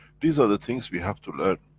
these are the things we have to learn,